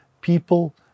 People